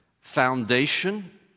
foundation